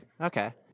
Okay